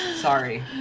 Sorry